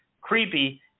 creepy